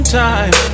time